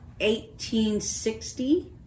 1860